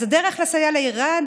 אז הדרך לסייע לעירד